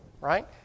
Right